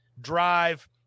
drive